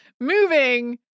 moving